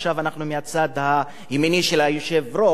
עכשיו אנחנו מהצד הימני של היושב-ראש,